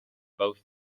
both